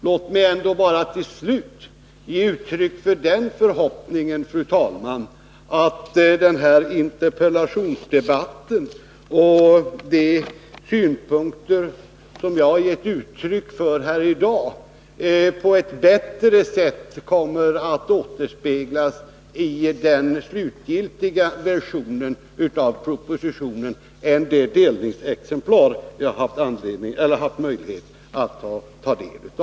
Låt mig ändå till slut Om vidareutbild uttrycka den förhoppningen, fru talman, att den här interpellationsdebatten och de synpunkter som jag har gett uttryck för här i dag på ett bättre sätt kommer att återspeglas i den slutgiltiga versionen av propositionen än de delexemplar jag haft möjlighet att studera.